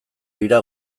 dira